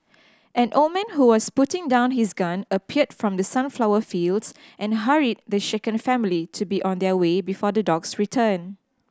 an old man who was putting down his gun appeared from the sunflower fields and hurried the shaken family to be on their way before the dogs return